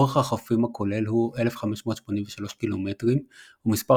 אורך החופים הכולל הוא 1,583 קילומטרים ומספר